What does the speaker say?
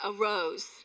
arose